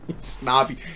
Snobby